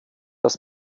das